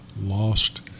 lost